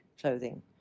clothing